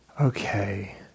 okay